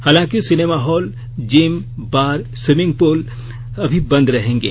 हालांकि cinema hall gym bar swimming pool अभी बंद रहेंगे